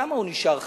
כמה הוא נשאר חייב?